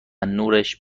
نورش